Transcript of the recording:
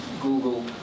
Google